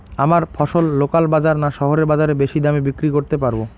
আমরা ফসল লোকাল বাজার না শহরের বাজারে বেশি দামে বিক্রি করতে পারবো?